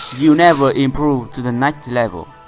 you never improve to the next level.